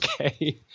okay